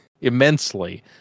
immensely